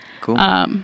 Cool